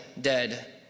dead